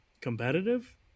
competitive